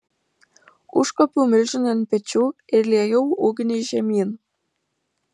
užkopiau milžinui ant pečių ir liejau ugnį žemyn